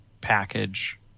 package